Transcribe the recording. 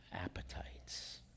appetites